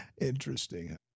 Interesting